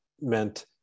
meant